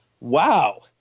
Wow